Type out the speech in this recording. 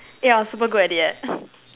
eh I was super good at it leh